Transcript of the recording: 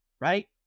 right